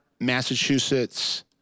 Massachusetts